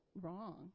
wrong